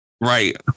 Right